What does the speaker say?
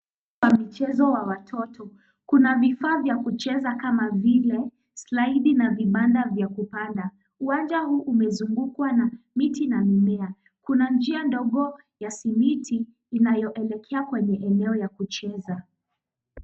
Michezo ya watoto. Kuna vifaa vya kucheza kama slaidi na vibanda vya kupanda. Uwanja huu umezungukwa na miti na mimea . Kuna njia ndogo ya simiti inayoelekea kwenye eneo ya kucheza.